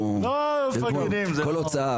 מקבלים על זה בונוסים.